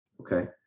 Okay